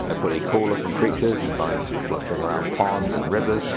ah pretty cool looking creatures you find fluttering around ponds and rivers.